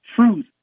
truth